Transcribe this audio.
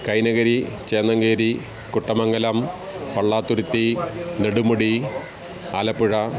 Kainakari Chennankery Kuttamangalam Pallathuruthy Nedumudi Alappuzha